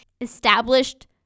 established